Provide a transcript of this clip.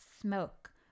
smoke